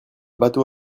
bâteau